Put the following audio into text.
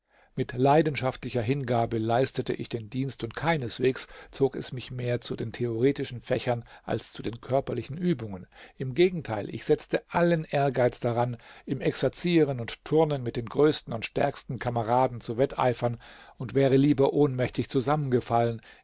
mit leidenschaftlicher hingabe leistete ich den dienst und keineswegs zog es mich mehr zu den theoretischen fächern als zu den körperlichen übungen im gegenteil ich setzte allen ehrgeiz daran im exerzieren und turnen mit den größten und stärksten kameraden zu wetteifern und wäre lieber ohnmächtig zusammengefallen